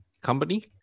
company